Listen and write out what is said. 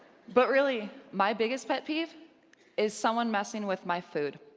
but really, my biggest pet peeve is someone messing with my food,